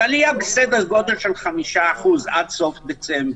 היא עלייה בסדר גודל של 5% עד סוף דצמבר.